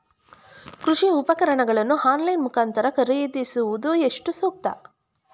ಕೃಷಿ ಉಪಕರಣಗಳನ್ನು ಆನ್ಲೈನ್ ಮುಖಾಂತರ ಖರೀದಿಸುವುದು ಎಷ್ಟು ಸೂಕ್ತ?